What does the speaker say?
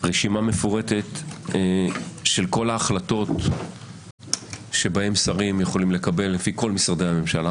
רשימה מפורטת של כל ההחלטות שבהם שרים יכולים לקבל לפי כל משרדי הממשלה,